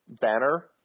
banner